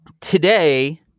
today